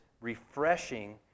refreshing